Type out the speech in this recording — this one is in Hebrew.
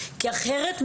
כי אחרת,